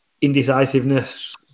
indecisiveness